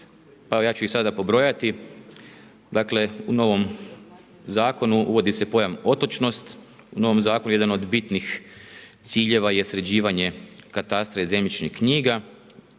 ja ću ih sada pobrojati. Dakle u novom zakonu uvodi se pojam otočnost, u novom zakonu jedan od bitnih ciljeva je sređivanje katastra i zemljišnih knjiga,